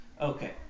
Okay